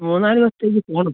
മൂന്നുനാല് ദിവസത്തേക്ക് ഫോണോ